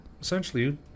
essentially